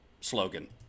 slogan